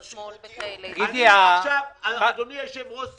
שמאל וכאלה --- אדוני היושב-ראש,